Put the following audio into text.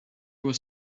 was